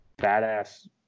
badass